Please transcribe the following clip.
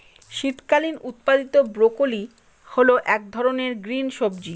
শীতকালীন উৎপাদীত ব্রোকলি হল এক ধরনের গ্রিন সবজি